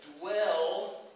dwell